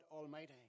Almighty